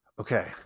Okay